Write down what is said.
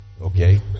okay